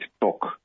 talk